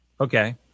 Okay